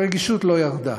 הרגישות לא ירדה.